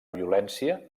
violència